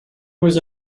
was